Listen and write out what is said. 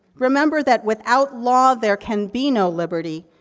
remember that without law, there can be no liberty.